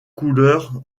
couleurs